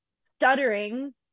stuttering